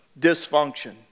Dysfunction